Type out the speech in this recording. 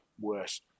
worse